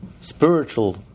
spiritual